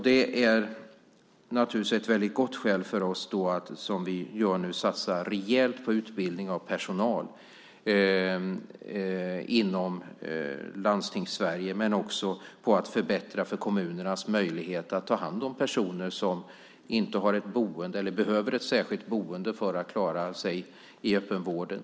Det är naturligtvis ett väldigt gott skäl för oss att som vi gör nu satsa rejält på utbildning av personal inom Landstings-Sverige men också på att förbättra kommunernas möjligheter att ta hand om personer som inte har ett boende eller som behöver ett särskilt boende för att klara sig i öppenvården.